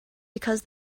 because